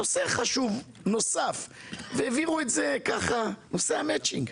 נושא חשוב נוסף שהעבירו ככה זה נושא המצ'ינג.